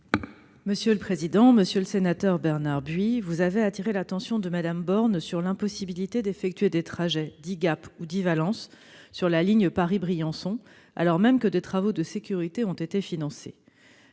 la secrétaire d'État. Monsieur le sénateur Bernard Buis, vous avez appelé l'attention de Mme Borne sur l'impossibilité d'effectuer des trajets Die-Gap ou Die-Valence sur la ligne Paris-Briançon, alors même que des travaux de sécurité ont été financés.